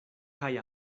kaj